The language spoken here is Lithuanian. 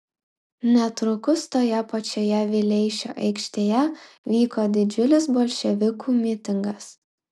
netrukus toje pačioje vileišio aikštėje vyko didžiulis bolševikų mitingas